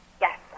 Yes